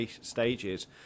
stages